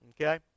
okay